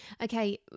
Okay